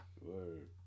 Word